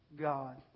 God